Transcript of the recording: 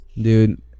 dude